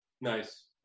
Nice